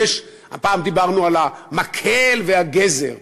פעם דיברנו על המקל והגזר,